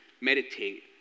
meditate